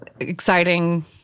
Exciting